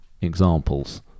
examples